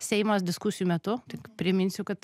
seimas diskusijų metu tik priminsiu kad